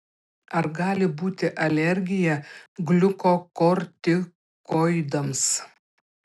ar gali būti alergija gliukokortikoidams